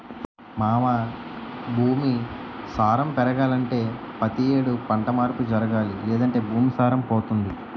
మావా భూమి సారం పెరగాలంటే పతి యేడు పంట మార్పు జరగాలి లేదంటే భూమి సారం పోతుంది